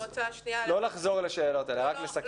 לא לחזור על השאלות האלה, רק לסכם.